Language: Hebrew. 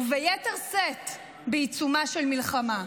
וביתר שאת בעיצומה של מלחמה.